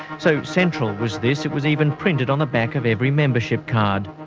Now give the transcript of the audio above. so central was this, it was even printed on the back of every membership card.